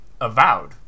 Avowed